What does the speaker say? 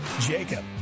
Jacob